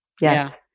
Yes